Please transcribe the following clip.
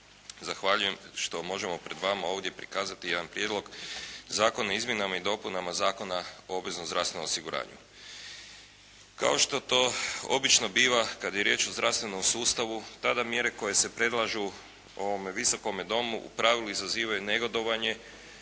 Zahvaljujem što možemo pred vama ovdje prikazati jedan prijedlog Zakona o izmjenama i dopunama Zakona o obveznom zdravstvenom osiguranju. Kao što to obično biva kad je riječ o zdravstvenom sustavu tada mjere koje se predlažu ovome Visokome domu u pravilu izazivaju negodovanje.